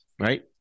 Right